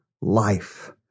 life